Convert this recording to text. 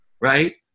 right